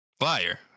liar